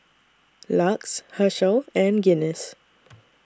LUX Herschel and Guinness